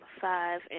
five